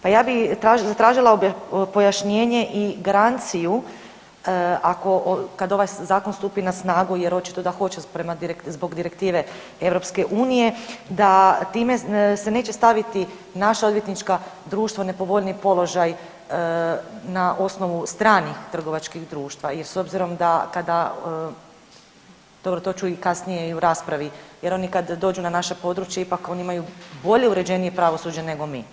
Pa ja bi zatražila pojašnjenje i garanciju kad ovaj zakon stupi na snagu jer očito da hoće zbog direktive EU da time se neće staviti naša odvjetnička društva u nepovoljniji položaj na osnovu stranih trgovačkih društva jer s obzirom da kada, dobro to ću i kasnije i u raspravi, jer oni kad dođu na naše područje ipak oni imaju bolje uređenije pravosuđe nego mi.